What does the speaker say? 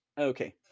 Okay